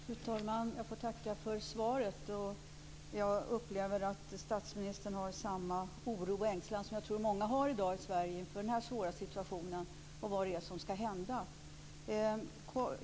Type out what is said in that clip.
Fru talman! Jag får tacka för svaret. Jag upplever att statsministern har samma oro och ängslan som jag tror att många i Sverige i dag har inför denna svåra situation och inför vad som ska hända.